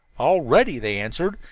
all ready, they answered,